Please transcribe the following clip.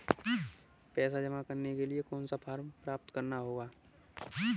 पैसा जमा करने के लिए कौन सा फॉर्म प्राप्त करना होगा?